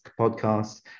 podcast